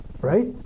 right